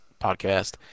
podcast